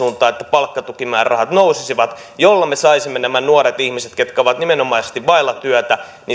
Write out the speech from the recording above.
palkkatukimäärärahat nousisivat jolloin me saisimme nämä nuoret ihmiset ketkä ovat nimenomaisesti vailla työtä